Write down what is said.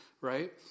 right